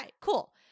cool